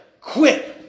quit